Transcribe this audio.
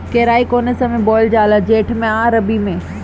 केराई कौने समय बोअल जाला जेठ मैं आ रबी में?